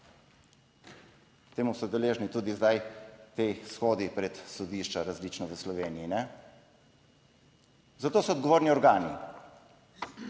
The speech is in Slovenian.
K temu so deležni tudi zdaj ti shodi pred sodišča različno v Sloveniji, ne, za to so odgovorni organi,